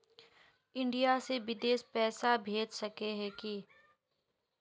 India से बिदेश पैसा भेज सके है की?